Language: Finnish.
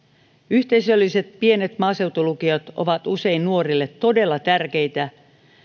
yhteisölliset pienet maaseutulukiot ovat usein nuorille todella tärkeitä